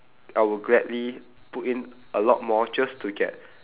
I would gladly put in a lot more just to get